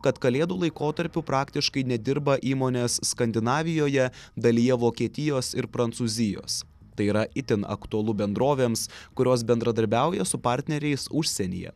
kad kalėdų laikotarpiu praktiškai nedirba įmonės skandinavijoje dalyje vokietijos ir prancūzijos tai yra itin aktualu bendrovėms kurios bendradarbiauja su partneriais užsienyje